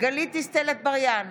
גלית דיסטל אטבריאן,